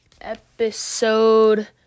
episode